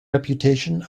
reputation